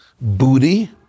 booty